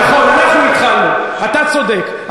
נכון, אנחנו התחלנו, אתה צודק.